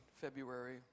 February